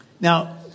now